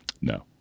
no